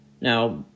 Now